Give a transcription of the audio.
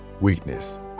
weakness